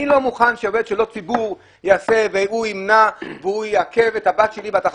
אני לא מוכן שעובד שהוא לא עובד ציבור יעכב את הבת שלי בת ה-15.